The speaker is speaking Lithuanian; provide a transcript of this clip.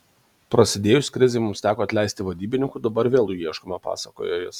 prasidėjus krizei mums teko atleisti vadybininkų dabar vėl jų ieškome pasakojo jis